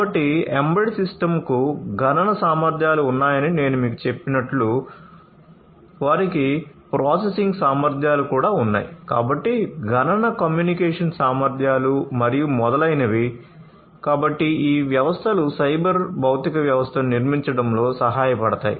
కాబట్టి ఎంబెడెడ్ సిస్టమ్కు గణన ఉన్నాయి